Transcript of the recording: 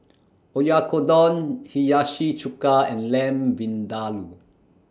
Oyakodon Hiyashi Chuka and Lamb Vindaloo